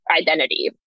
identity